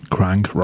Crank